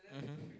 mmhmm